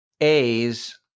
A's